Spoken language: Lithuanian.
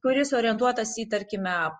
kuris orientuotas į tarkime